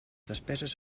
despeses